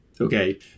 okay